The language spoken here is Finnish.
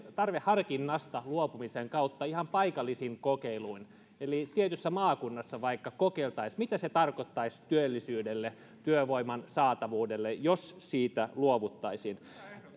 tarveharkinnasta luopumisen kautta ihan paikallisin kokeiluin eli tietyssä maakunnassa vaikka kokeiltaisiin mitä se tarkoittaisi työllisyydelle työvoiman saatavuudelle jos siitä luovuttaisiin